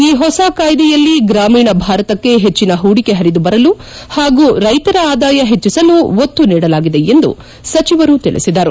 ಈ ಹೊಸ ಕಾಯ್ದೆಯಲ್ಲಿ ಗ್ರಾಮೀಣ ಭಾರತಕ್ಕೆ ಹೆಚ್ಚಿನ ಹೂಡಿಕೆ ಹರಿದು ಬರಲು ಹಾಗೂ ಕೈತರ ಆದಾಯ ಹೆಚ್ಚಿಸಲು ಒತ್ತು ನೀಡಲಾಗಿದೆ ಎಂದು ಸಚಿವರು ತಿಳಿಸಿದರು